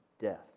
death